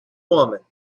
woman